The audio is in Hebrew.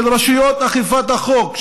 של רשויות אכיפת החוק,